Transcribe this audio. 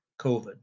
COVID